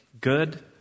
good